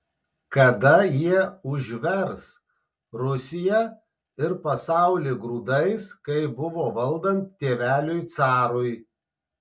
kada jie užvers rusiją ir pasaulį grūdais kaip buvo valdant tėveliui carui